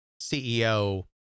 CEO